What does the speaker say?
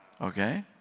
Okay